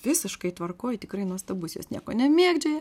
visiškai tvarkoj tikrai nuostabus jos nieko nemėgdžioja